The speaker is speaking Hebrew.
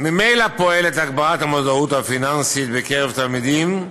ממילא פועלת להגברת המודעות הפיננסית בקרב תלמידים,